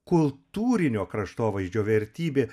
kultūrinio kraštovaizdžio vertybė